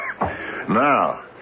Now